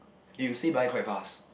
you see by quite fast